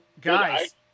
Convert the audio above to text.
guys